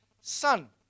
son